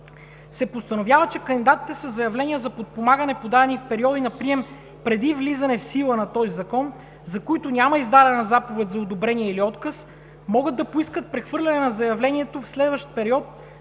се постановява, че кандидатите със заявления за подпомагане, подадени в периоди на прием преди влизане в сила на този закон, за които няма издадена заповед за одобрение или отказ, могат да поискат прехвърляне на заявлението в следващ период